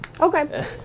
Okay